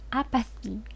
apathy